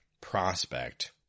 prospect